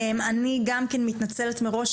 אני גם כן מתנצלת מראש,